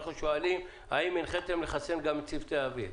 אנחנו שואלים האם הנחיתם לחסן גם את צוותי האוויר?